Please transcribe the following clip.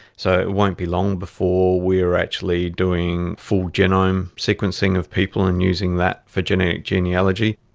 so won't be long before we are actually doing full genome sequencing of people and using that for genetic genealogy.